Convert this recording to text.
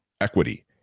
equity